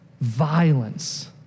violence